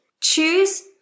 choose